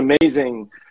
amazing